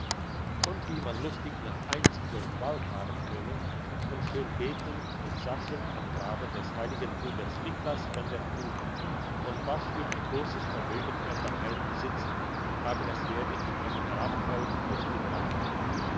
und wie man lustig nach einsiedeln wallfahrten könne und schön beten in sasseln am grabe des heiligen bruders niklas von der flue und was für ein grosses vermögen er daheim besitze aber es werde ihm nicht verabfolgt aus dem land